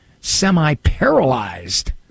semi-paralyzed